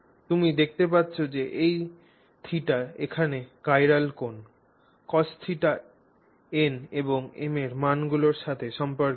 তুমি দেখতে পাচ্ছ যে θ এখানে চিরাল কোণ cos θ n এবং m এর মানগুলির সাথেও সম্পর্কিত